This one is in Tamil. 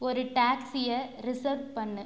ஒரு டாக்ஸியை ரிசர்வ் பண்ணு